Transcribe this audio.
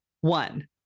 one